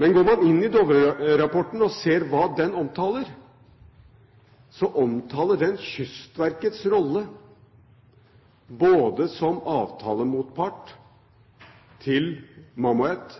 Går man inn i Dovre-rapporten og ser hva den omtaler, omtaler den Kystverkets rolle som avtalemotpart til Mammoet,